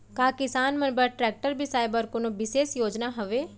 का किसान मन बर ट्रैक्टर बिसाय बर कोनो बिशेष योजना हवे?